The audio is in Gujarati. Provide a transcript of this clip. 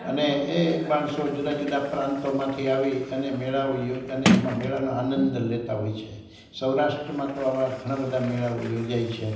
અને એ માણસો જુદા જુદા પ્રાંતોમાંથી આવી અને મેળાઓ યો અને એમાં મેળાનો આનંદ લેતા હોય છે સૌરાષ્ટ્રમાં તો આવા ઘણાબધાં મેળાઓ યોજાય છે